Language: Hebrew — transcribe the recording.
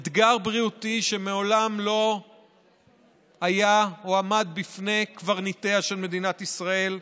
אתגר בריאותי שמעולם לא היה או עמד בפני קברניטיה של מדינת ישראל,